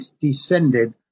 descended